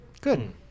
Good